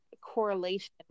correlation